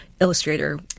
Illustrator